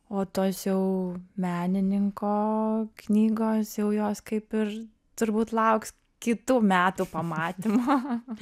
o tos jau menininko knygos jau jos kaip ir turbūt lauks kitų metų pamatymo